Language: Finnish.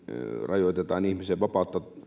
rajoitetaan ihmisen vapautta